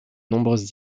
nombreuses